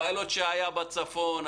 הפיילוט שהיה בצפון,